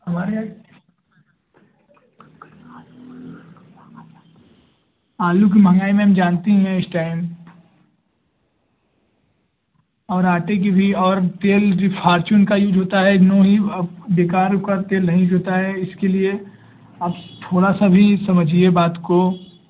हमारे यहाँ आलू की महंगाई मेम जानती हैं इस टाइम और आटे की भी और तेल जो फार्चून का यूज होता है ना ही बेकार का तेल नहीं होता है इसके लिए आप थोड़ा सा भी समझिए बात को